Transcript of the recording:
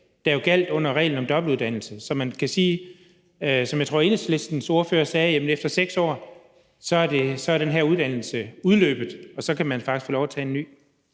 der gjaldt under reglen om dobbeltuddannelse? Jeg tror, det var Enhedslistens ordfører, der sagde, at efter 6 år er den her uddannelse udløbet, og så kan man få lov til at tage en ny.